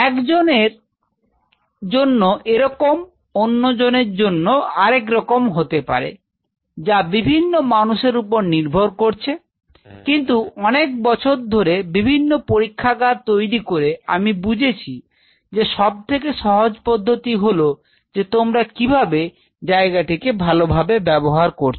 একজনের জন্য এরকম অন্যজনের জন্য আরেক রকম হতে পারে যা বিভিন্ন মানুষের উপর নির্ভর করছে কিন্তু অনেক বছর ধরে বিভিন্ন পরীক্ষাগার তৈরি করে আমি বুঝেছি যে সবথেকে সহজ পদ্ধতি হলো যে তোমরা কীভাবে জায়গাটি ভালোভাবে ব্যবহার করবে